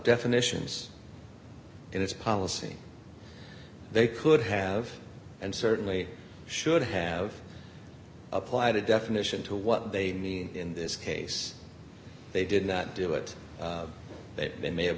definitions in its policy they could have and certainly should have applied a definition to what they need in this case they did not do it they may have